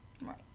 Right